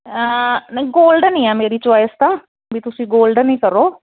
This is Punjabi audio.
ਨਹੀਂ ਗੋਲਡ ਹੀ ਹੈ ਮੇਰੀ ਚੋਆਇਸ ਤਾਂ ਵੀ ਤੁਸੀਂ ਗੋਲਡਨ ਹੀ ਕਰੋ